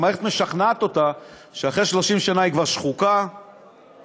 המערכת משכנעת אותה שאחרי 30 שנה היא כבר שחוקה וכו',